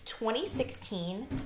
2016